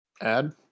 add